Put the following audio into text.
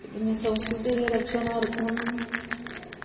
अन्ये संस्कृतेः रक्षणार्थं